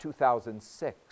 2006